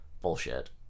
bullshit